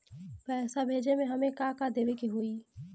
पैसा भेजे में हमे का का देवे के होई?